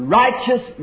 righteous